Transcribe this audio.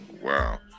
Wow